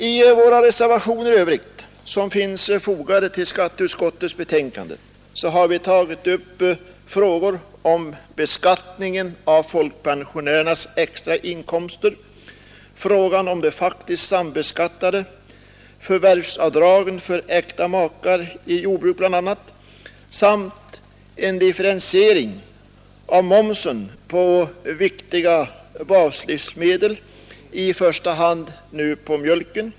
I våra reservationer i övrigt vid skatteutskottets betänkande nr 32 har vi tagit upp frågor om beskattningen av folkpensionärernas extra inkomster, frågan om de faktiskt sambeskattade, förvärvsavdragen för äkta makar bl.a. i jordbruk samt en differentiering av momsen på viktiga baslivsmedel, i första hand nu på mjölken.